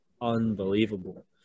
unbelievable